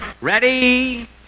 Ready